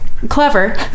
Clever